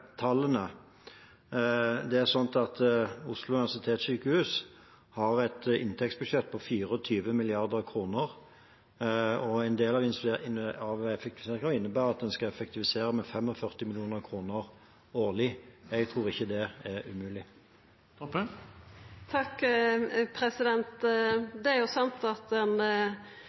tallene. Oslo universitetssykehus har et inntektsbudsjett på 24 mrd. kr, og en del av effektiviseringskravene innebærer at en skal effektivisere med 45 mill. kr årlig. Jeg tror ikke det er umulig. Det er sant at